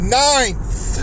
ninth